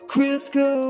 Crisco